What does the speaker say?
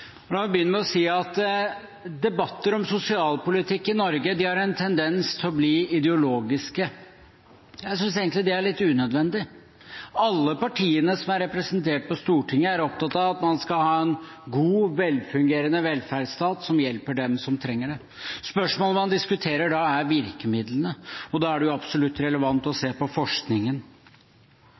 La meg begynne med å si at debatter om sosialpolitikk i Norge har en tendens til å bli ideologiske. Jeg synes egentlig det er litt unødvendig. Alle partiene som er representert på Stortinget, er opptatt av at man skal ha en god, velfungerende velferdsstat som hjelper dem som trenger det. Spørsmålene man da diskuterer, gjelder virkemidlene, og da er det absolutt relevant å se på forskningen.